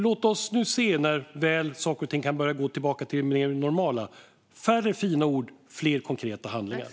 Låt oss nu, när saker väl kan börja gå tillbaka till det normala, få se färre fina ord och fler konkreta handlingar.